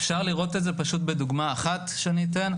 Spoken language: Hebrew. אפשר לראות את זה בדוגמה אחת שאתן: